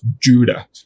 Judah